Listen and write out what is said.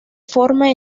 forma